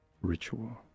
ritual